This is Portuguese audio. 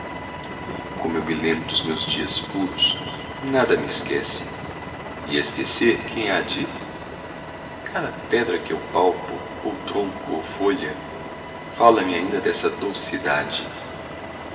como eu me lembro dos meus dias puros nada mesquece e esquecer quem há de cada pedra que eu palpo ou tronco ou folha fala-me ainda dessa doce idade